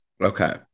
Okay